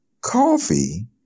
coffee